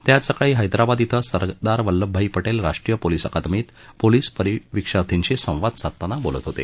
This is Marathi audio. ते आज सकाळी हैदराबाद ििं सरदार वल्लभ भाई पटेल राष्ट्रीय पोलीस अकादमीत पोलीस परिविक्षार्थींशी संवाद साधताना बोलत होते